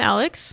Alex